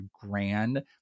grand